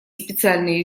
специальные